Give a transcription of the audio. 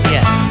Yes